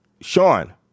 Sean